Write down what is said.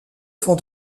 font